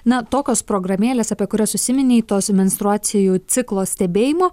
na tokios programėlės apie kurias užsiminei tos menstruacijų ciklo stebėjimo